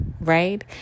right